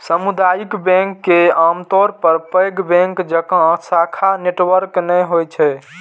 सामुदायिक बैंक के आमतौर पर पैघ बैंक जकां शाखा नेटवर्क नै होइ छै